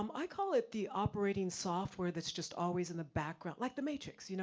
um i call it, the operating software that's just always in the background, like the matrix. you know